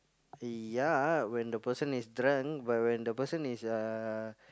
ya when the person is drunk but when the person is uh